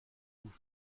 vous